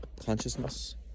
consciousness